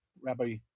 Rabbi